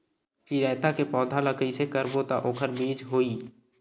चिरैता के पौधा ल कइसे करबो त ओखर बीज होई?